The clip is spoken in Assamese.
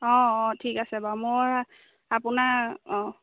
অঁ অঁ ঠিক আছে বাৰু মই আপোনাৰ অঁ